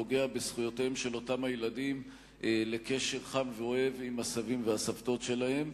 ופוגע בזכויותיהם של אותם הילדים לקשר חם ואוהב עם הסבים והסבתות שלהם.